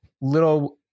little